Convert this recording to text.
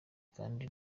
kandi